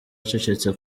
acecetse